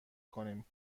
کنیم